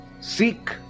Seek